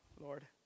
Lord